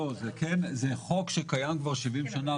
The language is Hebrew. זה חוק שקיים כבר 70 שנה,